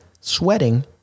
sweating